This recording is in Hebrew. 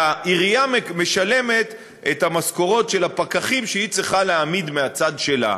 והעירייה משלמת את המשכורות של הפקחים שהיא צריכה להעמיד מהצד שלה.